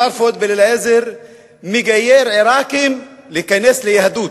שהשר פואד בן-אליעזר מגייר עירקים להיכנס ליהדות,